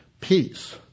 peace